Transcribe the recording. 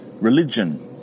religion